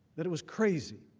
that it was crazy,